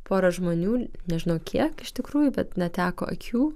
pora žmonių nežinau kiek iš tikrųjų bet neteko akių